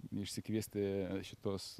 išsikviesti šituos